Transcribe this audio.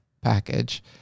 package